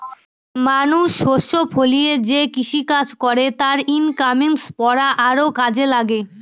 মানুষ শস্য ফলিয়ে যে কৃষিকাজ করে তার ইকনমিক্স পড়া আরও কাজে লাগে